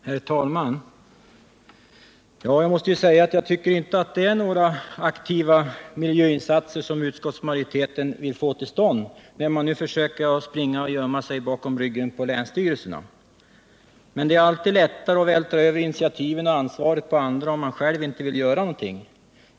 Herr talman! Jag måste säga att jag inte tror att utskottsmajoriteten vill ha till stånd några aktiva miljöinsatser när man nu försöker gömma sig bakom ryggen på länsstyrelserna. Det är alltid lätt att vältra över initiativ och ansvar på andra om man själv inte vill göra någonting.